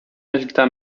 résultat